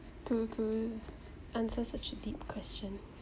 to to answer such a deep question